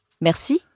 Merci